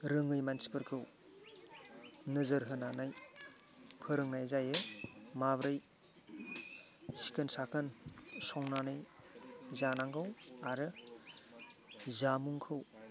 रोङै मानसिफोरखौ नोजोर होनानै फोरोंनाय जायो माब्रै सिखोन साखोन संनानै जानांगौ आरो जामुंखौ